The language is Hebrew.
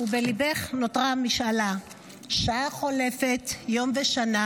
ובליבך נותרה המשאלה / שעה חולפת, יום ושנה